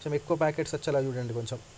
కొంచెం ఎక్కువ ప్యాకెట్స్ వచ్చేలాగా చూడండి కొంచెం